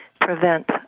prevent